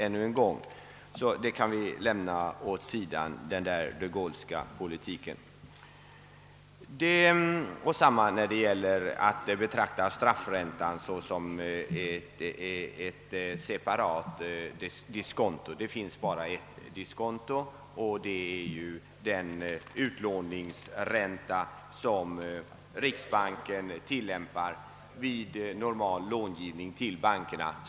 Den där de Gaulleska politiken kan vi alltså lämna åsido. Detsamma gäller försöket att betrakta straffräntan som ett separat diskonto. Det finns bara ett diskonto, och det är den utlåningsränta som riksbanken tilllämpar vid normal långivning till bankerna.